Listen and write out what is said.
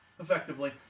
Effectively